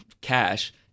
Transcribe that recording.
cash